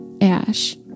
Ash